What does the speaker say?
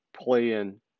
playing